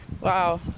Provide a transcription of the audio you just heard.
Wow